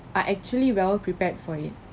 are actually well prepared for it